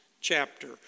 chapter